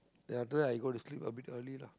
then after that I go to sleep lah a bit early lah